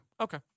okay